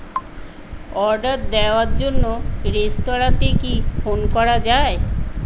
order দেওয়ার জন্য রেঁস্তোরাতে কি ফোন করা যায়